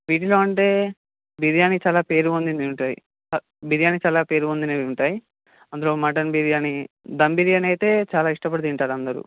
వెజ్లో అంటే బిర్యానీ చాలా పేరు పొందినవి ఉంటాయి బిర్యానీ చాలా పేరు పొందినవి ఉంటాయి అందులో మటన్ బిర్యానీ ధమ్ బిర్యానీ అయితే చాలా ఇష్టపడి తింటారు అందరు